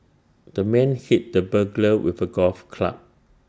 the man hit the burglar with A golf club